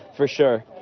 for sure.